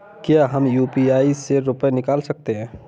क्या हम यू.पी.आई से रुपये निकाल सकते हैं?